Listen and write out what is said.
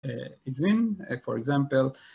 הזמין, for example,